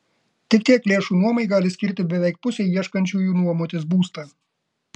tik tiek lėšų nuomai gali skirti beveik pusė ieškančiųjų nuomotis būstą